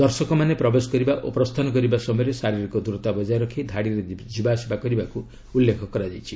ଦର୍ଶକମାନେ ପ୍ରବେଶ କରିବା ଓ ପ୍ରସ୍ଥାନ କରିବା ସମୟରେ ଶାରୀରିକ ଦୂରତା ବଜାୟ ରଖି ଧାଡ଼ିରେ ଯିବାଆସିବା କରିବାକୁ ଏଥିରେ ଉଲ୍ଲେଖ ରହିଛି